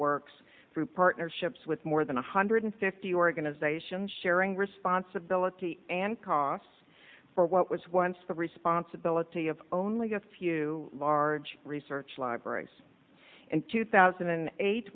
works through partnerships with more than one hundred fifty organizations sharing responsibility and costs for what was once the responsibility of only got a few large research libraries in two thousand and eight